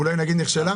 אולי נגיד נכשלה?